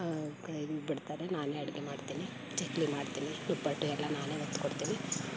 ಇದನ್ನ ಬಿಡ್ತಾರೆ ನಾನೇ ಅಡುಗೆ ಮಾಡ್ತೀನಿ ಚಕ್ಕುಲಿ ಮಾಡ್ತೀನಿ ನಿಪ್ಪಟ್ಟು ಎಲ್ಲ ನಾನೇ ಒತ್ಕೊಡ್ತೀನಿ